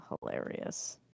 hilarious